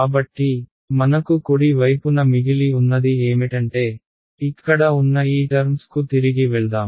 కాబట్టి మనకు కుడి వైపున మిగిలి ఉన్నది ఏమిటంటే ఇక్కడ ఉన్న ఈ టర్మ్స్ కు తిరిగి వెళ్దాం